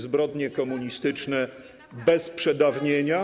Zbrodnie komunistyczne bez przedawnienia.